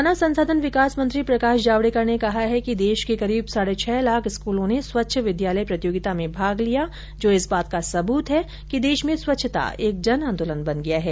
मानव संसाधन विकास मंत्री प्रकाश जावडेकर ने कहा है कि देश के करीब साढे छह लाख स्कूलों ने स्वच्छ विद्यालय प्रतियोगिता में भाग लिया जो इस बात का सब्रूत है कि देश में स्वच्छता एक जन आंदोलन बन गया है